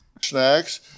Snacks